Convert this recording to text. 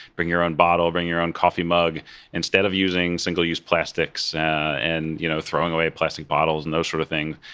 bring your own bottle bring your own coffee mug instead of using single use plastics and you know throwing away plastic bottles and those sort of things.